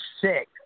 sick